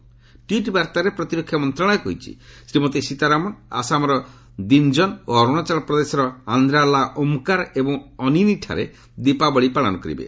ଏକ ଟ୍ୱିଟ୍ ବାର୍ତ୍ତାରେ ପ୍ରତିରକ୍ଷା ମନ୍ତ୍ରଣାଳୟ କହିଛି ଶ୍ରୀମତୀ ସୀତାରମଣ ଆସାମର ଦିନ୍ଜନ୍ ଓ ଅରୁଣାଚଳ ପ୍ରଦେଶର ଆନ୍ଦ୍ରା ଲା ଓମ୍କାର ଏବଂ ଅନିନୀଠାରେ ଦୀପାବଳି ପାଳନ କରିବେ